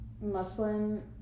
Muslim